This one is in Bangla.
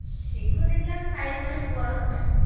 সেগুলো দেখলাম সাইজ অনেক বড়ো হয়